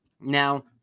Now